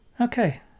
Okay